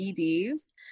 EDs